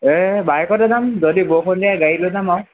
এই বাইকতে যাম যদি বৰষুণ দিয়ে গাড়ীলৈ যাম আৰু